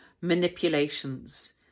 manipulations